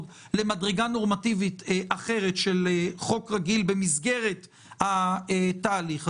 למדרגה נורמטיבית אחרת של חוק רגיל במסגרת התהליך הזה.